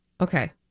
Okay